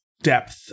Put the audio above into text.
depth